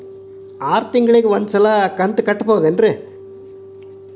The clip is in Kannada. ಆರ ತಿಂಗಳಿಗ ಒಂದ್ ಸಲ ಕಂತ ಕಟ್ಟಬಹುದೇನ್ರಿ?